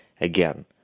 again